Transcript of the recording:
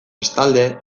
bestalde